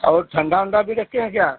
और ठंडा ओंडा भी रखे हैं क्या